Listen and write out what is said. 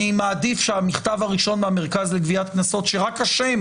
אני מעדיף שהמכתב הראשון מהמרכז לגביית קנסות שרק השם